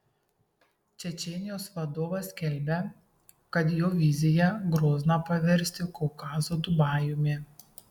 čečėnijos vadovas skelbia kad jo vizija grozną paversti kaukazo dubajumi